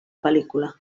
pel·lícula